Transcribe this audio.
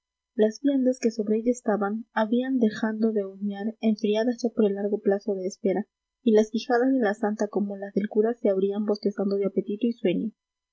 las viandas que sobre ella estaban habían dejando de humear enfriadas ya por el largo plazo de espera y las quijadas de la santa como las del cura se abrían bostezando de apetito y sueño